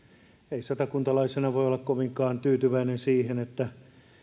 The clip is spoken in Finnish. ei satakuntalaisena voi olla kovinkaan tyytyväinen siihen että